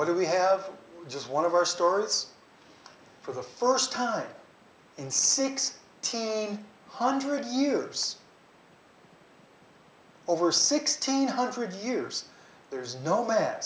what do we have just one of our stores for the first time in six hundred years over sixteen hundred years there's no ma